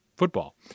football